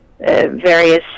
Various